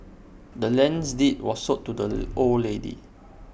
the land's deed was sold to the old lady